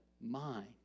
mind